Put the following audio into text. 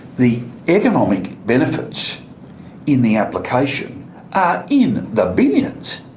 the economic benefits in the application are in the billions!